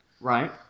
Right